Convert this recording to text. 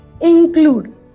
include